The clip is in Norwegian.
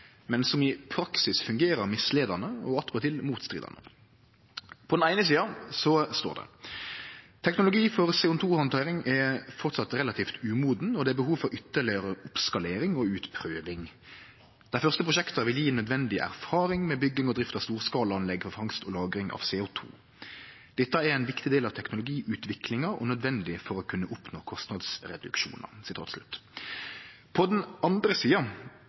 men som i praksis fungerer villeiande, og attpåtil motstridande. På den eine sida står det: «Teknologi for CO2-handtering er framleis relativt umoden og det er behov for ytterlegare oppskalering og utprøving. Dei første prosjekta vil gi nødvendig erfaring med bygging og drift av storskalaanlegg for fangst og lagring av CO2. Dette er ein viktig del av teknologiutviklinga og nødvendig for å kunne oppnå kostnadsreduksjonar.» På den andre sida